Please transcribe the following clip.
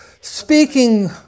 speaking